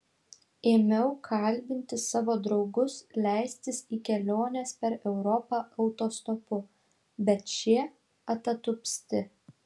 ėmiau kalbinti savo draugus leistis į keliones per europą autostopu bet šie atatupsti